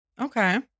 Okay